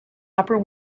upper